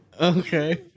okay